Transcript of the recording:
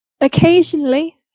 occasionally